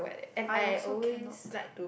I also cannot